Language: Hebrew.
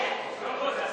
לעם ישראל.